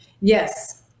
Yes